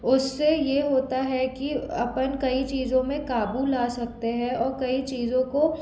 उससे ये होता है कि अपन कई चीज़ों में क़ाबू ला सकते हैं और कई चीज़ों को